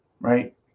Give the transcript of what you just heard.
right